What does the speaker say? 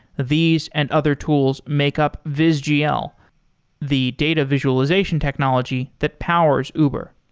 these and other tools makeup vis gl, the data visualization technology that powers uber.